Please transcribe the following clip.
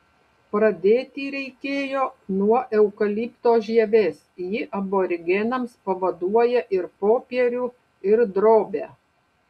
pradėti reikėjo nuo eukalipto žievės ji aborigenams pavaduoja ir popierių ir drobę